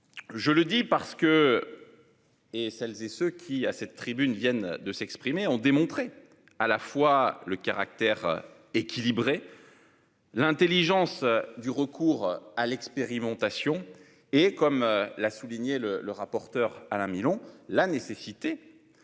Je le dis parce que. Et celles et ceux qui, à cette tribune viennent de s'exprimer ont démontré à la fois le caractère équilibré. L'Intelligence du recours à l'expérimentation et comme l'a souligné le le rapporteur Alain Milon. La nécessité.